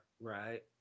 Right